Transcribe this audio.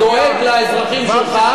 אם אתה דואג לאזרחים שלך,